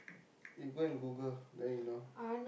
you go and Google then you know